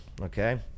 okay